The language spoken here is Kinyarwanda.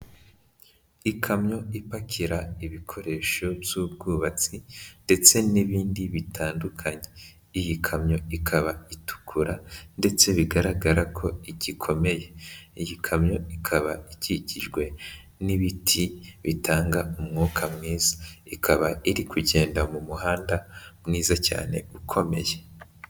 Ikamyo ipakira ibikoresho by'ubwubatsi ndetse n'ibindi bitandukanye, iyi kamyo ikaba itukura ndetse bigaragara ko igikomeye, iyi kamyo ikaba ikikijwe n'ibiti bitanga umwuka mwiza, ikaba iri kugenda mu muhanda mwiza cyane ukomeye.